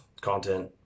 content